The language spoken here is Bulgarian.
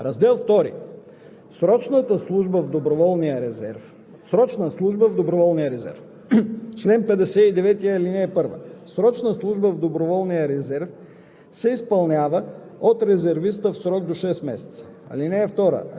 съвет. (2) Осигуряването на обучението по чл. 56 и 57 е за сметка на бюджета на Министерството на отбраната. Раздел II Срочна служба в доброволния резерв